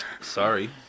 Sorry